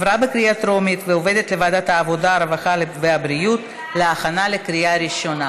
לוועדת העבודה, הרווחה והבריאות נתקבלה.